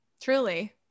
Truly